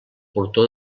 portó